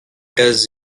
does